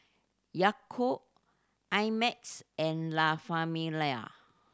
Yakult I Max and La Famiglia